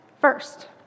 first